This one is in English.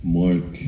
mark